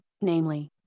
namely